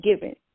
given